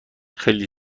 خیلی